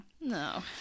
no